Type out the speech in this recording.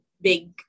big